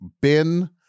bin